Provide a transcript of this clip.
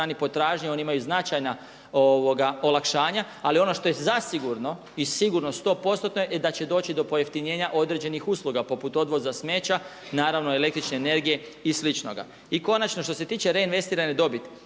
potražnje oni imaju značajna olakšanja. Ali ono što je zasigurno i sigurno sto postotno je da će doći do pojeftinjenja pojedinih usluga poput odvoza smeća, naravno električne energije i sličnoga. I konačno, što se tiče reinvestirane dobiti,